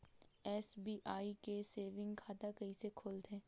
SBI के saving खाता कइसे खोलथे?